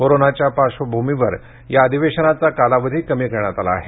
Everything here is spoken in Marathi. कोरोनाच्या पार्श्वभूमीवर या अधिवेशनाचा कालावधी कमी करण्यात आला आहे